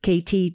KT